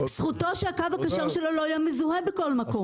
זכותו שהקו הכשר שלו לא יהיה מזוהה בכל מקום.